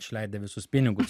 išleidę visus pinigus